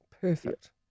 Perfect